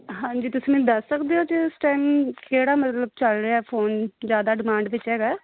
ਹਾਂਜੀ ਤੁਸੀਂ ਮੈਨੂੰ ਦੱਸ ਸਕਦੇ ਹੋ ਜੇ ਇਸ ਟਾਈਮ ਕਿਹੜਾ ਮਤਲਬ ਚੱਲ ਰਿਹਾ ਫੋਨ ਜ਼ਿਆਦਾ ਡਿਮਾਂਡ ਵਿੱਚ ਹੈਗਾ